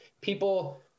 people